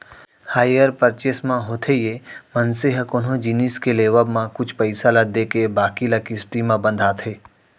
hire purchase म होथे ये मनसे ह कोनो जिनिस के लेवब म कुछ पइसा ल देके बाकी ल किस्ती म बंधाथे